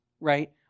right